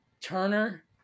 Turner